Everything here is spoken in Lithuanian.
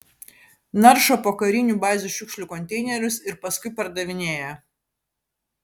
naršo po karinių bazių šiukšlių konteinerius ir paskui pardavinėja